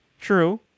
True